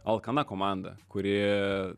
alkana komanda kuri